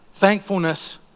Thankfulness